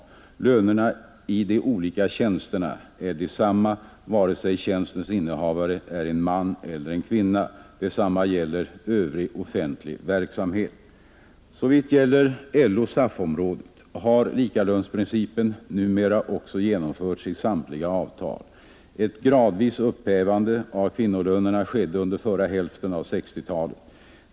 Lönerna i de olika tjänsterna är desamma, vare sig tjänstens innehavare är en man eller en kvinna. Detsamma gäller övrig offentlig verksamhet. Såvitt gäller LO/SAF-området har likalönsprincipen numera också genomförts i samtliga avtal. Ett gradvis upphävande av kvinnolönerna skedde under förra hälften av 1960-talet.